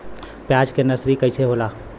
प्याज के नर्सरी कइसे होला?